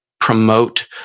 promote